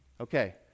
Okay